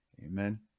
amen